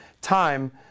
time